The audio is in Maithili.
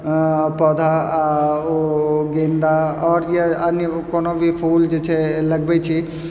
पौधा आओर ओ गेन्दा आओर या अन्य कोनो भी फूल जे छै लगबै छी